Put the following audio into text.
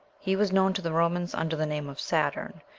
he was known to the romans under the name of saturn,